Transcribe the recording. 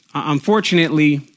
Unfortunately